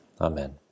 Amen